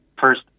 first